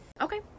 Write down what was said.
Okay